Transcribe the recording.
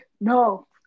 No